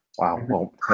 Wow